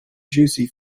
juicy